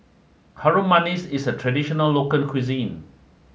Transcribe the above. Harum Manis is a traditional local cuisine